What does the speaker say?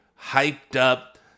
hyped-up